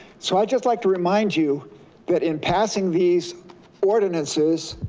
so i just like to remind you that in passing these ordinances,